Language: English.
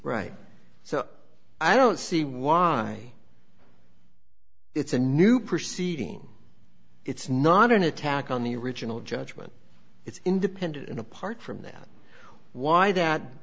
right so i don't see why it's a new proceeding it's not an attack on the original judgment it's independent and apart from that why that